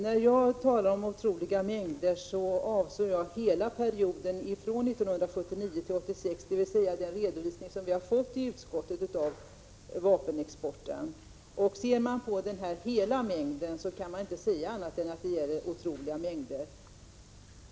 När jag talade om otroliga mängder avsåg jag hela perioden från 1978 till 1986, i enlighet med den redovisning som vi har fått i utskottet av vapenexporten. Ser man på hela perioden kan man inte säga annat än att det är fråga om otroliga mängder.